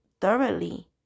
thoroughly